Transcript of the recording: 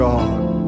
God